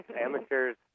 amateurs